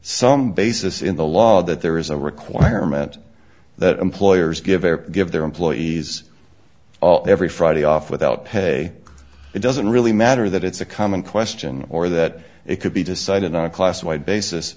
some basis in the law that there is a requirement that employers give ever give their employees every friday off without pay it doesn't really matter that it's a common question or that it could be decided on a class wide basis